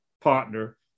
partner